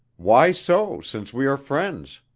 why so, since we are friends?